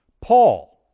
Paul